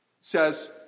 says